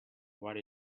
what